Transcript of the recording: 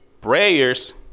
prayers